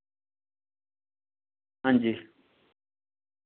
हांजी